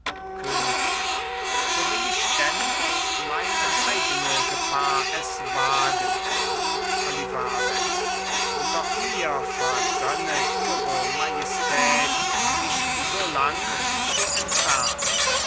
königin so will ich denn auf meine eigene gefahr es wagen olivarez doch mir vergönne ihre majestät mich solang zu entfernen